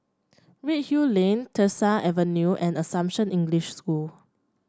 Redhill Lane Tyersall Avenue and Assumption English School